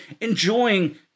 enjoying